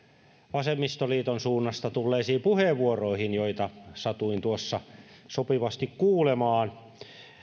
vasemmistoliiton suunnasta tulleisiin puheenvuoroihin joita satuin tuossa sopivasti kuulemaan